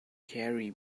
gary